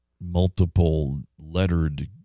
multiple-lettered